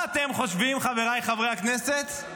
מה אתם חושבים, חבריי חברי הכנסת?